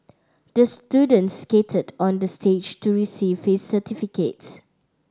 the students skated on the stage to receive his certificates